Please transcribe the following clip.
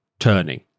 turning